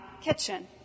kitchen